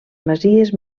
masies